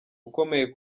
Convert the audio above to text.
ukomeye